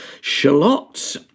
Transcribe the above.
shallots